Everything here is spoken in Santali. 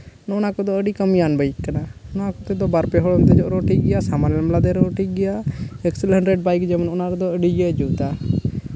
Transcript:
ᱚᱱᱟ ᱠᱚᱫᱚ ᱟᱹᱰᱤ ᱠᱟᱹᱢᱤᱭᱟᱱ ᱵᱟᱭᱤᱠ ᱠᱟᱱᱟ ᱱᱚᱟ ᱵᱟᱭᱤᱠ ᱨᱮᱫᱚ ᱵᱟᱨᱯᱮ ᱦᱚᱲᱮᱢ ᱫᱮᱡᱚᱜ ᱨᱮᱦᱚᱸ ᱴᱷᱤᱠ ᱜᱮᱭᱟ ᱥᱟᱢᱟᱱᱮᱢ ᱞᱟᱸᱫᱮ ᱨᱮᱦᱚᱸᱢ ᱴᱷᱤᱠ ᱜᱮᱭᱟ ᱥᱯᱮᱞᱮᱱᱰᱟᱨ ᱵᱟᱭᱤᱠ ᱡᱮᱢᱚᱱ ᱚᱱᱟ ᱨᱮᱫᱚ ᱟᱹᱰᱤᱜᱮ ᱡᱩᱛᱟ